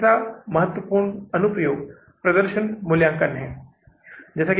आप यहां डालें जोकि वित्तपोषण के बाद पूरी नकदी बढ़ोतरी है318000 डॉलर